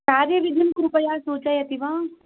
पेरिरिजिम् कृपया सूचयति वा